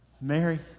Mary